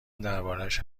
دربارش